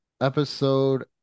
episode